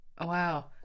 wow